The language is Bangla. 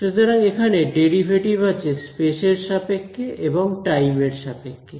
সুতরাং এখানে ডেরিভেটিভ আছে স্পেস এর সাপেক্ষে এবং টাইম এর সাপেক্ষে